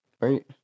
Right